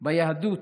ביהדות,